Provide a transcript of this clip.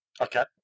Okay